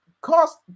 cost